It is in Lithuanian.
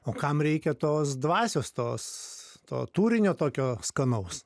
o kam reikia tos dvasios tos to turinio tokio skanaus